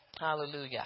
Hallelujah